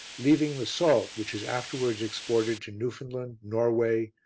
leaving the salt which is afterwards exported to newfoundland, norway,